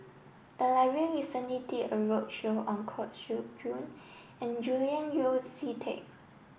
the library recently did a roadshow on Koh Seow Chuan and Julian Yeo See Teck